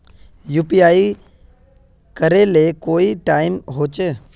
UPI करे ले कोई टाइम होचे?